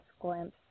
glimpse